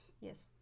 Yes